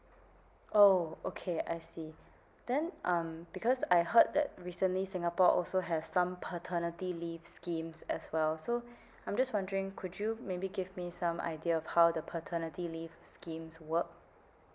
oh okay I see then um because I heard that recently singapore also have some paternity leave schemes as well so I'm just wondering could you maybe give me some idea of how the paternity leave schemes work